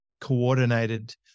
coordinated